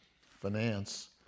finance